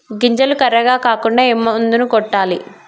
గింజలు కర్రెగ కాకుండా ఏ మందును కొట్టాలి?